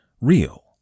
real